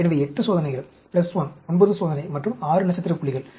எனவே 8 சோதனைகள் 1 9 சோதனை மற்றும் 6 நட்சத்திர புள்ளிகள்